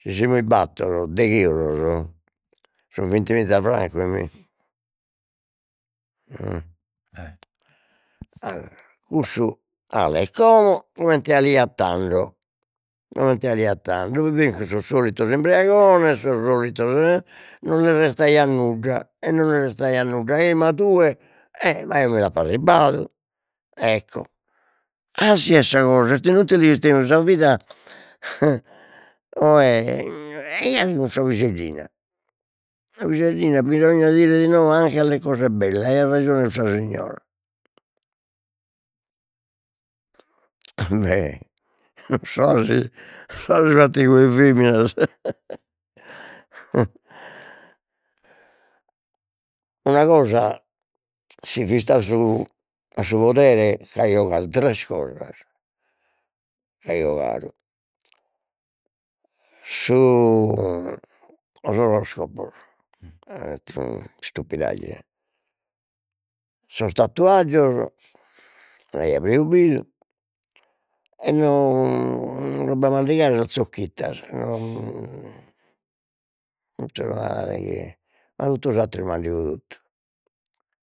Si semus battor degh'euro sun vintimiza francos mi, e cussu 'alet como coment''aliat tando, coment''aliat tando, sos solitos imbreagones, sos solitos e e non lis restaiat nudda e non lis restaiat nudda, e ma tue e ma eo mi l'apo arribbadu, ecco 'asi est sa cosa est inutile chi istemus, sa vida e oe e i 'asi sun sa piseddina, sa piseddina bisogna dire di no anche alle cose belle, aiat rejone cussa signora, e non so 'asi non so 'asi pratigu 'e feminas una cosa si fio istadu a su a su podere c'aio 'ogadu tres cosas, c'aio 'ogadu: su oroscopo ecco istupidaggines, sos tattuaggios aia preubbidu, e roba 'e mandigare non zocchittas no ma totu s'atteru mandigo totu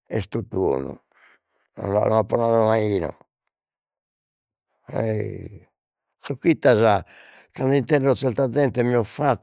est totu 'onu, no no apo nadu mai chi no zocchittas cando intendo zelta zente mi ho fa